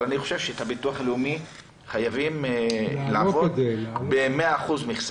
אבל אני חושב שהביטוח הלאומי חייב לעבוד ב-100% מכסה.